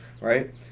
Right